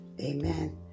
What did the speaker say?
Amen